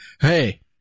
Hey